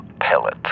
pellet